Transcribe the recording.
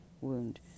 wound